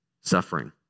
Suffering